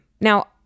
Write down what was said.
Now